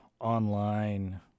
online